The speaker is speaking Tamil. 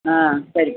ஆ சரிப்பா